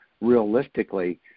realistically